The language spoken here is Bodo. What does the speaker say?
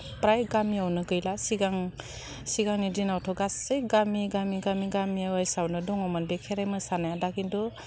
फ्राय गामियावनो गैला सिगां सिगांनि दिनावथ' गासै गामिनि गामि गामि गामियाव एसेआवनो दङमोन बे खेराइ मोसानाया दा खिन्थु